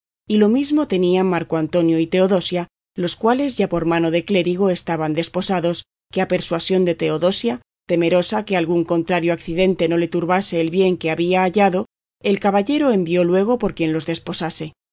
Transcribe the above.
y lo mismo tenían marco antonio y teodosia los cuales ya por mano de clérigo estaban desposados que a persuasión de teodosia temerosa que algún contrario acidente no le turbase el bien que había hallado el caballero envió luego por quien los desposase